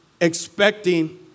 expecting